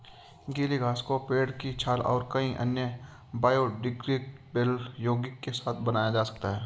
गीली घास को पेड़ की छाल और कई अन्य बायोडिग्रेडेबल यौगिक के साथ बनाया जा सकता है